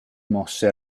mosse